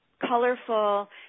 colorful